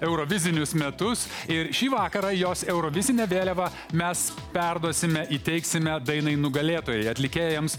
eurovizinius metus ir šį vakarą jos eurovizinę vėliavą mes perduosime įteiksime dainai nugalėtojai atlikėjams